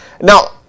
Now